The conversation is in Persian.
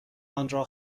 آنرا